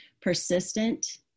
persistent